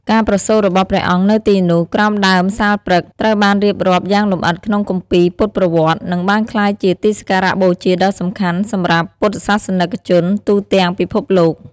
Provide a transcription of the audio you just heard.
ការប្រសូតរបស់ព្រះអង្គនៅទីនោះ ក្រោមដើមសាលព្រឹក្ស ត្រូវបានរៀបរាប់យ៉ាងលម្អិតក្នុងគម្ពីរពុទ្ធប្រវត្តិ និងបានក្លាយជាទីសក្ការបូជាដ៏សំខាន់សម្រាប់ពុទ្ធសាសនិកជនទូទាំងពិភពលោក។